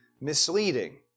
misleading